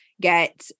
get